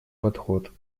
подход